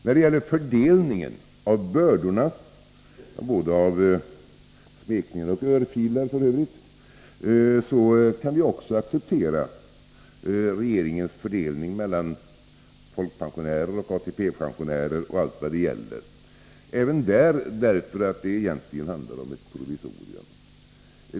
När det gäller fördelningen, både av smekningen och örfilen, kan vi också acceptera regeringens fördelning mellan folkpensionärer, ATP-pensionärer och allt vad det gäller. Även där handlar det egentligen om ett provisorium.